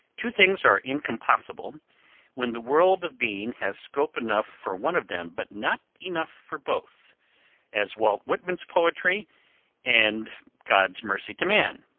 two things are incompossible when the world of being has scope enough for one of them, but not enough for both as walt whitman's poetry and god's mercy to man.